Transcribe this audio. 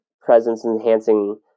presence-enhancing